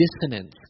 dissonance